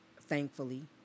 thankfully